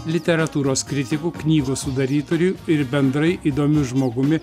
literatūros kritiku knygos sudarytoju ir bendrai įdomiu žmogumi